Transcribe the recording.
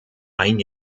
ein